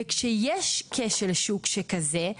וכשיש כשל שוק כזה,